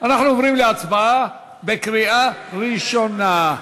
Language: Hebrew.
אנחנו עוברים להצבעה בקריאה ראשונה.